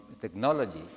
technology